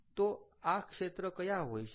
તો આ ક્ષેત્ર કયા હોઇ શકે